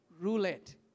roulette